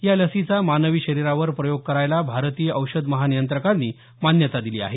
या लसीचा मानवी शरीरावर प्रयोग करायला भारतीय औषध महानियंत्रकांनी मान्यता दिली आहे